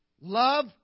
Love